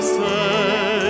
say